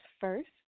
first